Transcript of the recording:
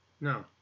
No